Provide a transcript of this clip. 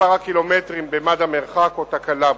מספר הקילומטרים במד המרחק או תקלה בו.